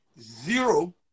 zero